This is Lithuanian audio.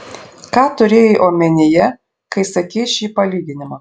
ką turėjai omenyje kai sakei šį palyginimą